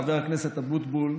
חבר הכנסת אבוטבול,